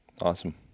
awesome